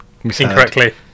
Incorrectly